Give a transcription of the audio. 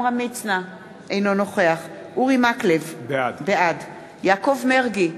אינו נוכח אורי מקלב, בעד יעקב מרגי,